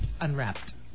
unwrapped